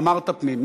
אמרת: פנים.